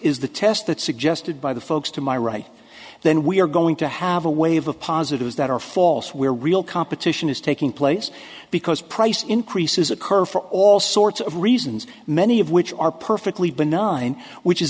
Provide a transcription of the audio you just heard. is the test that suggested by the folks to my right then we are going to have a wave of positives that are false where real competition is taking place because price increases occur for all sorts of reasons many of which are perfectly benign which is